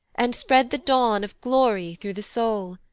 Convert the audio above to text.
and spread the dawn of glory through the soul,